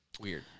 weird